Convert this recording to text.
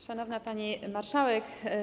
Szanowna Pani Marszałek!